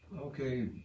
Okay